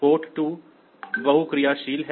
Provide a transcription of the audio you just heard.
port 2 बहुक्रियाशील है